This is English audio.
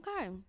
okay